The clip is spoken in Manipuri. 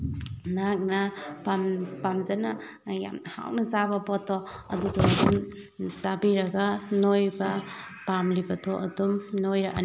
ꯅꯍꯥꯛꯅ ꯄꯥꯝꯖꯅ ꯌꯥꯝ ꯍꯥꯎꯅ ꯆꯥꯕ ꯄꯣꯠꯇꯣ ꯑꯗꯨꯗꯣ ꯑꯗꯨꯝ ꯆꯥꯕꯤꯔꯒ ꯅꯣꯏꯕ ꯄꯥꯝꯂꯤꯕꯗꯣ ꯑꯗꯨꯝ ꯅꯣꯏꯔꯛꯑꯅꯤ